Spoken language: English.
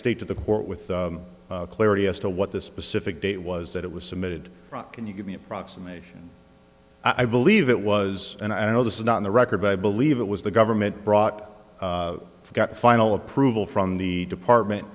state to the court with clarity as to what the specific date was that it was submitted can you give me an approximation i believe it was and i know this is not in the record by i believe it was the government brought got final approval from the department